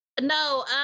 no